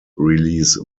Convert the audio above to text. release